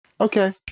Okay